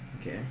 Okay